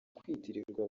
kwitirirwa